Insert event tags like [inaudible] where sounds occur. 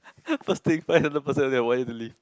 [breath] first thing find another person that want you to live